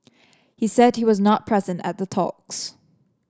he said he was not present at the talks